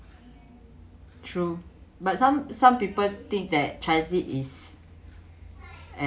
true but some some people think that transit is